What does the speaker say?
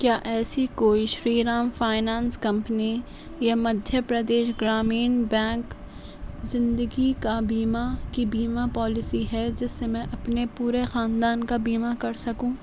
کیا ایسی کوئی شری رام فائنانس کمپنی یا مدھیہ پردیش گرامین بینک زندگی کا بیمہ کی بیمہ پالیسی ہے جس سے میں اپنے پورے خاندان کا بیمہ کر سکوں